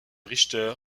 richter